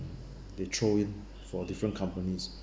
they throw in for different companies